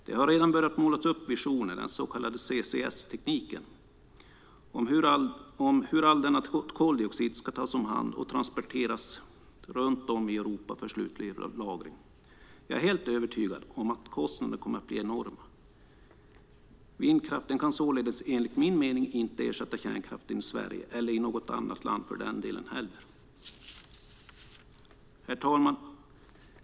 Det har redan börjat målas upp visioner, den så kallade CCS-tekniken, om hur all denna koldioxid ska tas om hand och transporteras runt om i Europa för slutlig lagring. Jag är helt övertygad om att kostnaderna kommer att bli enorma. Vindkraften kan således enligt min mening inte ersätta kärnkraften i Sverige, eller i något annat land heller för den delen. Herr talman!